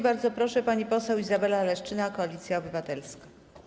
Bardzo proszę, pani poseł Izabela Leszczyna, Koalicja Obywatelska.